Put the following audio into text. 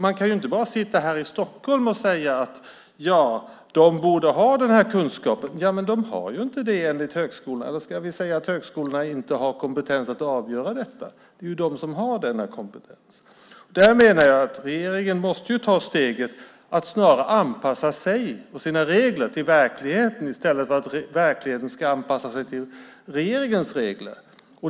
Man kan inte bara sitta här i Stockholm och säga att lärarna borde ha den här kunskapen när de enligt högskolorna faktiskt inte har den. Eller ska vi säga att högskolorna inte har kompetens att avgöra detta? Det är ju de som har denna kompetens. Här måste regeringen ta steget att snarare anpassa sig och sina regler till verkligheten, i stället för att verkligheten ska anpassa sig till regeringens regler.